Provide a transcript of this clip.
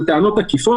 אלה טענות עקיפות,